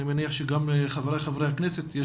אני מניח שגם לחבריי חברי הכנסת.